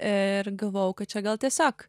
ir galvojau kad čia gal tiesiog